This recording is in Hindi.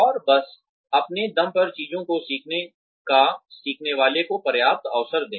और बस अपने दम पर चीजों को सीखने का सीखने वाले को पर्याप्त अवसर दे